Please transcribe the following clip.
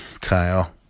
Kyle